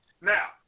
Now